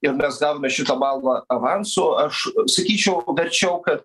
ir mes gavome šitą balą avansu aš sakyčiau verčiau kad